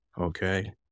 okay